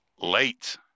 Late